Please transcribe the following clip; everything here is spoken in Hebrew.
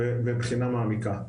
ומחשבה מעמיקה.